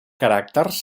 caràcters